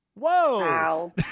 Whoa